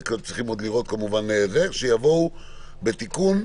יהיו דברים שיבואו בתיקון,